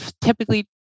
typically